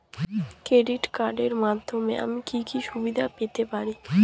Credit কার্ডের মাধ্যমে আমি কি কি সুবিধা পেতে পারি?